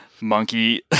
Monkey